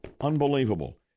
Unbelievable